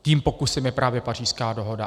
Tím pokusem je právě Pařížská dohoda.